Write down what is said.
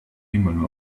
him